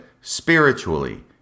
spiritually